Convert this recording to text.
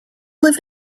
live